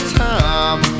time